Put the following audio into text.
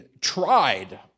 tried